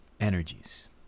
energies